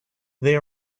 they